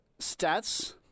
stats